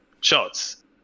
shots